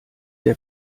der